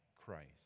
Christ